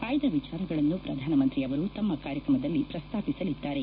ಆಯ್ದ ವಿಚಾರಗಳನ್ನು ಪ್ರಧಾನಮಂತ್ರಿ ಅವರು ತಮ್ಮ ಕಾರ್ಯಕ್ರಮದಲ್ಲಿ ಪ್ರಸ್ತಾಪಿಸಲಿದ್ದಾರೆ